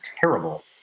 terrible